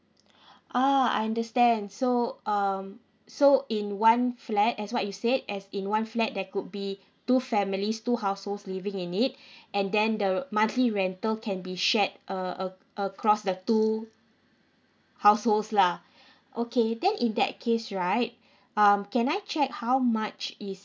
uh I understand so um so in one flat as what you said as in one flat there could be two families two households living in it and then the monthly rental can be shared uh ac~ across the two households lah okay then in that case right um can I check how much is